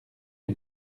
les